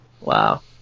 wow